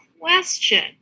question